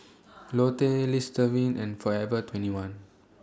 Lotte Listerine and Forever twenty one